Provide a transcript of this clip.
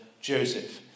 Joseph